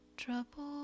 trouble